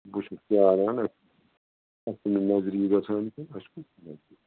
بہٕ چھُس پیاران اَسہِ چھِنہٕ نظری گژھان کانٛہہ اَسہِ کُس